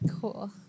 Cool